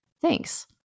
Thanks